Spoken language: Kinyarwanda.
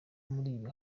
mubi